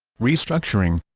restructuring